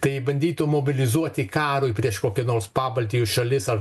tai bandytų mobilizuoti karui prieš kokį nors pabaltijo šalis ar